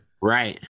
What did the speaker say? Right